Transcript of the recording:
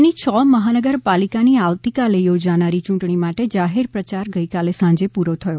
રાજ્યની છ મહાનગરપાલિકાની આવતીકાલે યોજાનારી યૂંટણી માટે જાહેર પ્રચાર ગઇકાલે સાંજે પૂરો થયો